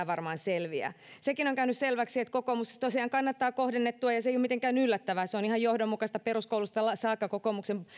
varmaan selviää sekin on käynyt selväksi että kokoomus tosiaan kannattaa kohdennettua ja se ei ole mitenkään yllättävää se on ihan johdonmukaista peruskoulusta saakka kokoomuksen